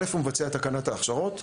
ראשית, הוא מבצע את תקנת ההכשרות.